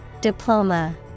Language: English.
Diploma